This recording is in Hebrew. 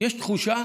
יש תחושה